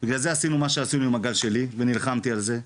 בגלל זה עשינו מה שעשינו עם הגל שלי ונלחמתי על זה,